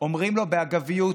אומרים לו באגביות